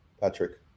Patrick